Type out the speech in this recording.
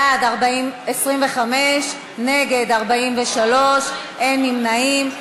בעד, 25, נגד, 43, אין נמנעים.